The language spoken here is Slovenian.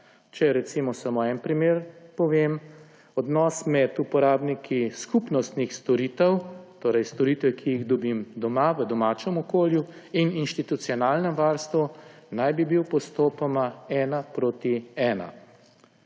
Če povem samo en primer. Odnos med uporabniki skupnostnih storitev, torej storitve, ki jih dobim doma, v domačem okolju, in v institucionalnem varstvu naj bi bil postopoma ena proti ena.